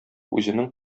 үзенең